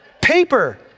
Paper